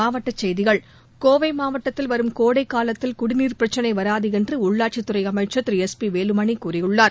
மாவட்டச்செய்கிகள் கோவை மாவட்டத்தில் வரும் கோனட காலத்தில் குடிநீர் பிரச்னை வராது என்று உள்ளாட்சித்துறை அமைச்சர் திரு எஸ் பி வேலுமணி கூறியுள்ளார்